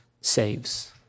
saves